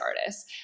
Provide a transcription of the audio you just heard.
artists